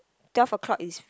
twelve o-clock is